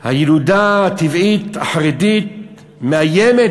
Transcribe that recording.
הילודה הטבעית החרדית המאיימת,